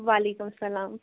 وعلیکم سلام